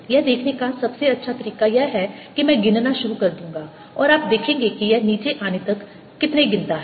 यह देखने का सबसे अच्छा तरीका यह है कि मैं गिनना शुरू कर दूंगा और आप देखेंगे कि यह नीचे आने तक कितने गिनता है